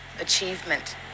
achievement